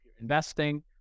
investing